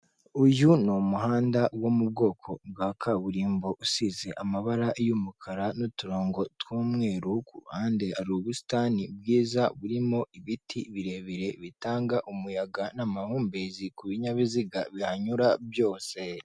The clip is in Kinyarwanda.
Uyu n’umuhanda wo mu bwoko bwa kaburimbo usize amabara y'umukara n'uturongo tw'umweru, kuhande hari ubusitani bwiza burimo ibiti birebire bitanga umuyaga n'amahumbezi ku binyabiziga bihanyura byose.